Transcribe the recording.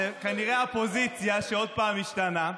זה כנראה האופוזיציה, שעוד פעם משתנה.